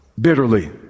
bitterly